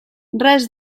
res